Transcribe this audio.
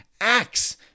acts